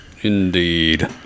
Indeed